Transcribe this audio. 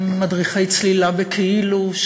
מדריכי צלילה בכאילו,